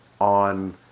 on